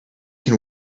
can